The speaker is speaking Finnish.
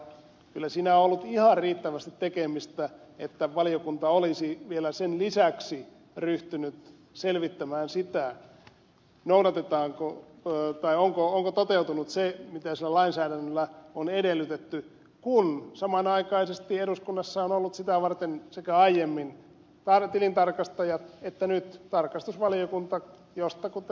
kyllä siinä on ollut ihan riittävästi tekemistä ajatellen että valiokunta olisi vielä sen lisäksi ryhtynyt selvittämään sitä onko toteutunut se mitä sillä lainsäädännöllä on edellytetty kun samanaikaisesti eduskunnassa on ollut sitä varten sekä aiemmin tilintarkastajat että nyt tarkastusvaliokunta josta kuten ed